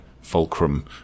fulcrum